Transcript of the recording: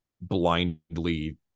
blindly